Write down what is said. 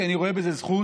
כי אני רואה בזה זכות,